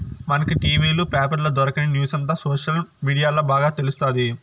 మనకి టి.వీ లు, పేపర్ల దొరకని న్యూసంతా సోషల్ మీడియాల్ల బాగా తెలుస్తాది